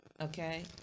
Okay